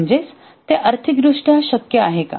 म्हणजेच ते आर्थिकदृष्ट्या शक्य आहे का